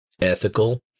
ethical